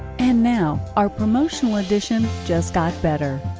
and now, our promotional edition just got better.